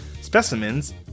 Specimens